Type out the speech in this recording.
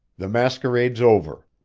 the masquerade's over.